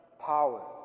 power